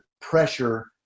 pressure